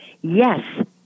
Yes